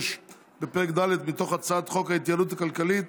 בפרק ד' מתוך הצעת חוק ההתייעלות הכלכלית